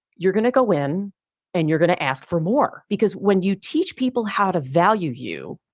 you're going to go in and you're going to ask for more, because when you teach people how to value you,